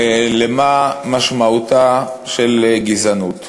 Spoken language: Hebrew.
מה משמעותה של גזענות.